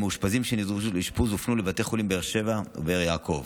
מאושפזים שנדרשו לאשפוז הופנו לבתי חולים בבאר שבע ובבאר יעקב.